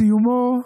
בסיומו,